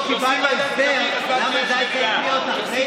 את ההצבעה הקודמת שעשיתם במליאה,